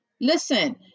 listen